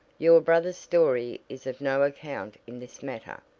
your brother's story is of no account in this matter.